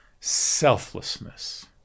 Selflessness